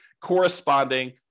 corresponding